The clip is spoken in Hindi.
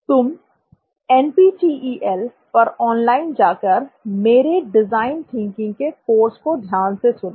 तुम NPTEL पर ऑनलाइन जाकर मेरे डिजाइन थिंकिंग के कोर्स को ध्यान से सुनो